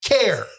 care